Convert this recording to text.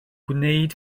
gwneud